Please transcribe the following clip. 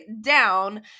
down